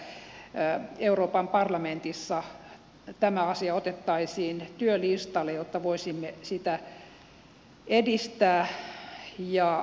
toivonkin että euroopan parlamentissa tämä asia otettaisiin työlistalle jotta voisimme sitä edistää